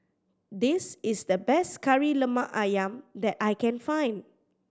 this is the best Kari Lemak Ayam that I can find